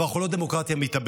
אבל אנחנו לא דמוקרטיה מתאבדת.